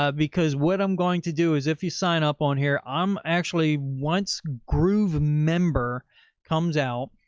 ah because what i'm going to do is if you sign up on here, i'm actually, once groovemember comes out,